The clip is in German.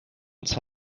zahlen